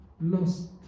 lost